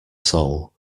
soul